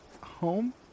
Home